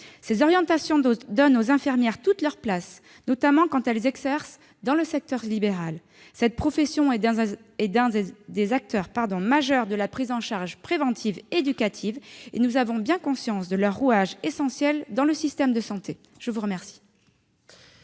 Ces orientations donnent aux infirmières toute leur place, notamment quand elles exercent dans le secteur libéral. Cette profession est un des acteurs majeurs de la prise en charge préventive et éducative. Nous avons bien conscience qu'elle est un rouage essentiel du système de santé. La parole